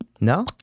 No